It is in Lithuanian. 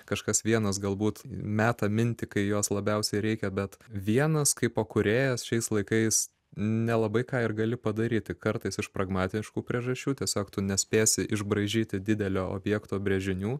kažkas vienas galbūt meta mintį kai jos labiausiai reikia bet vienas kaipo kūrėjas šiais laikais nelabai ką ir gali padaryti kartais iš pragmatiškų priežasčių tiesiog tu nespėsi išbraižyti didelio objekto brėžinių